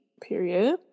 Period